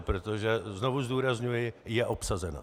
Protože, znovu zdůrazňuji, je obsazena.